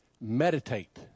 Meditate